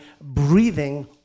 breathing